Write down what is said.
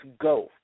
go